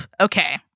Okay